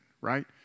right